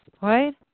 right